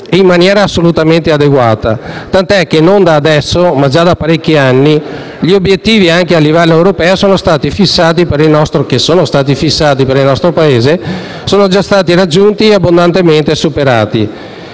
in maniera assolutamente adeguata, tanto che, non da adesso ma già da parecchi anni, gli obiettivi che anche a livello europeo sono stati fissati per il nostro Paese sono già stati raggiunti e abbondantemente superati.